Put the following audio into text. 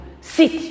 sit